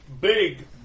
big